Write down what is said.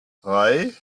drei